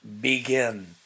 begin